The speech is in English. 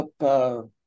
up